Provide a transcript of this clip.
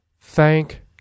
thank